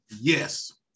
Yes